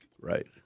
Right